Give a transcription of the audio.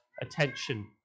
attention